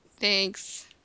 Thanks